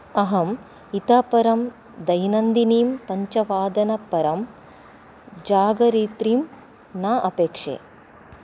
अहम् इतः परं दैनन्दिनीं पञ्चवादनपरं जागरित्रीं न अपेक्षे